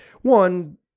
one